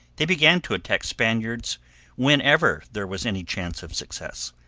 they began to attack spaniards whenever there was any chance of success,